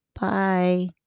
Bye